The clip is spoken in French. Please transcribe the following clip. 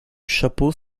chapeau